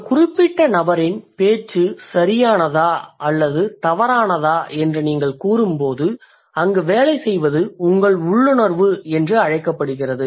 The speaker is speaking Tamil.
ஒரு குறிப்பிட்ட நபரின் பேச்சு சரியானதா அல்லது தவறானதா என்று நீங்கள் கூறும்போது அங்கு வேலை செய்வது உங்கள் உள்ளுணர்வு என்று அழைக்கப்படுகிறது